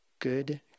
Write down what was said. Good